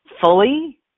fully